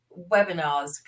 webinars